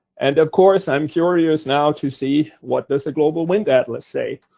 and of course, i'm curious, now, to see what does the global wind atlas say.